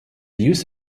use